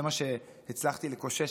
זה מה שהצלחתי לקושש,